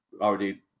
already